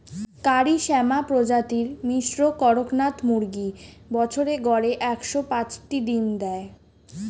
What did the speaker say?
কারি শ্যামা প্রজাতির মিশ্র কড়কনাথ মুরগী বছরে গড়ে একশ পাঁচটি ডিম দেয়